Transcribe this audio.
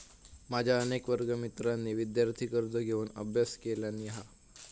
माझ्या अनेक वर्गमित्रांनी विदयार्थी कर्ज घेऊन अभ्यास केलानी हा